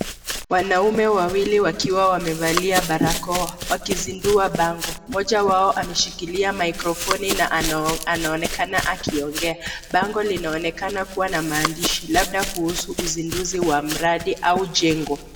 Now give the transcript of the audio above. Wanaume wawili wakiwa wamevalia barakoa wakizindua bango. Mmoja wao ameshikilia microphone na anaonekana akiongea. Bango linaonekana kuwa na maandishi labda kuhusu uzinduzi wa mradi au jengo.